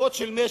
בכפפות של משי.